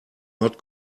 not